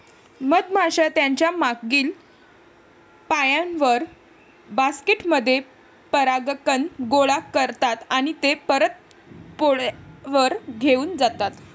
मधमाश्या त्यांच्या मागील पायांवर, बास्केट मध्ये परागकण गोळा करतात आणि ते परत पोळ्यावर घेऊन जातात